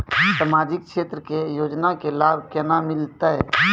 समाजिक क्षेत्र के योजना के लाभ केना मिलतै?